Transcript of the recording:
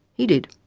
he did.